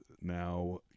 now